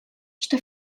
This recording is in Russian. что